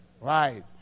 Right